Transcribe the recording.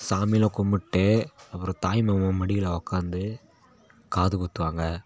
சாமிலாம் கும்பிட்டு அப்புறம் தாய்மாமா மடியில் உக்காந்து காது குத்துவாங்கள்